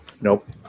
Nope